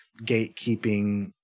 gatekeeping